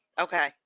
Okay